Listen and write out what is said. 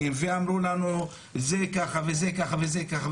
ואמרו לנו זה ככה וזה ככה וזה ככה,